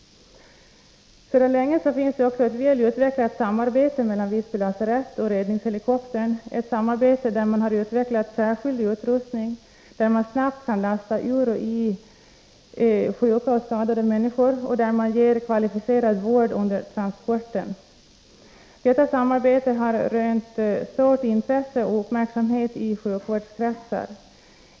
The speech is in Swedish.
ungdomar att starta Sedan länge finns också ett väl utvecklat samarbete mellan Visby lasarett egna företag och räddningshelikoptern, ett samarbete där man har utvecklat särskild utrustning för att snabbt kunna lasta ur och i sjuka och skadade människor och där man ger kvalificerad vård under transporten. Detta samarbete har rönt stort intresse och uppmärksamhet i sjukvårdskretsar.